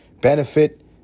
benefit